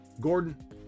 Gordon